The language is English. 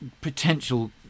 potential